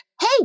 hey